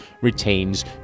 retains